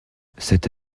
cette